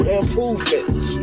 improvements